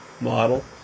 model